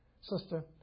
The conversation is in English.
sister